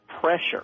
pressure